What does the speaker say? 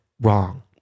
wrong